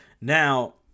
Now